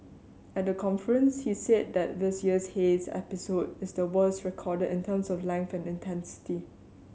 at the conference he said that this year's haze episode is the worst recorded in terms of length and intensity